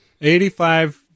Eighty-five